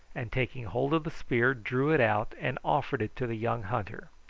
and taking hold of the spear, drew it out and offered it to the young hunter.